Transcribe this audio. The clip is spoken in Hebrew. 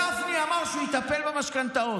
גפני אמר שהוא יטפל במשכנתאות.